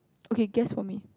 okay guess for me